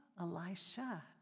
Elisha